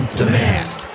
demand